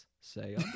Say